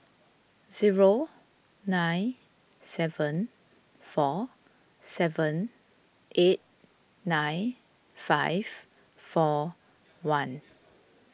zero nine seven four seven eight nine five four one